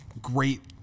great